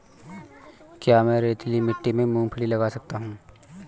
क्या मैं रेतीली मिट्टी में मूँगफली लगा सकता हूँ?